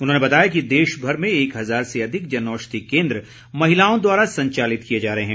उन्होंने बताया कि देशभर में एक हजार से अधिक जनऔषधी केंद्र महिलाओं द्वारा संचालित किए जा रहे हैं